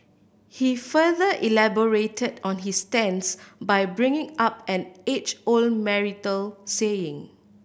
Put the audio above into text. he further elaborated on his stance by bringing up an age old marital saying